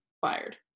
fired